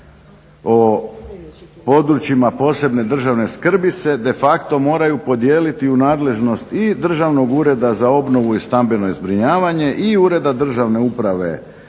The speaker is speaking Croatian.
o područjima posebne državne skrbi se de facto moraju podijeliti u nadležnost i Državnog ureda za obnovu i stambeno zbrinjavanje i Ureda državne uprave